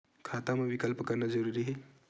खाता मा विकल्प करना जरूरी है?